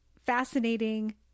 fascinating